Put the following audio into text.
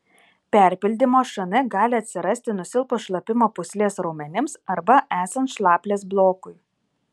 perpildymo šn gali atsirasti nusilpus šlapimo pūslės raumenims arba esant šlaplės blokui